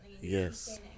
yes